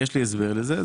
יש לי הסבר לזה.